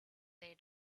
they